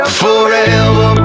forever